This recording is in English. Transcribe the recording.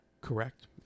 Correct